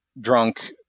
drunk